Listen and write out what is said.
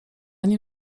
nim